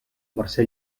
mercè